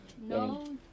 No